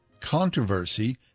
controversy